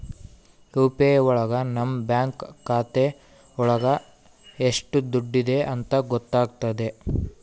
UPI ಒಳಗ ನಮ್ bank ಖಾತೆ ಒಳಗ ಎಷ್ಟ್ ದುಡ್ಡಿದೆ ಅಂತ ಗೊತ್ತಾಗ್ತದೆ